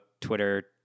twitter